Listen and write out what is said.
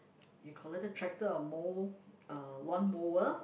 you call it a tractor or mow uh lawnmower